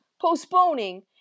postponing